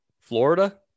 Florida